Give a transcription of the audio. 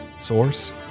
Source